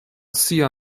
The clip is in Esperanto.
sia